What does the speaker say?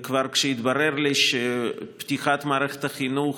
וכבר כשהתברר לי שפתיחת מערכת החינוך,